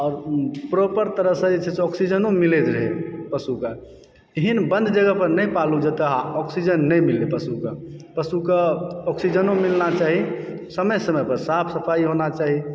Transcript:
आओर प्रोपर तरहसँ जे छै से ऑक्सीजनो मिलैत रहै पशुकऽ एहन बन्द जगह पर नहि पालू जतय ऑक्सीजन नहि मिलय पशुकऽ पशुकऽ ऑक्सीजनो मिलना चाही समय समय पर साफ सफाइ होना चाही